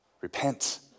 Repent